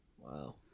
Wow